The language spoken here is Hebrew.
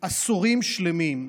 עשורים שלמים,